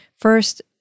first